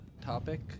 topic